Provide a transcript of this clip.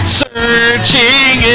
searching